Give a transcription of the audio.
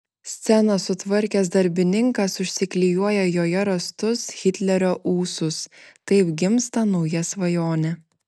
sceną sutvarkęs darbininkas užsiklijuoja joje rastus hitlerio ūsus taip gimsta nauja svajonė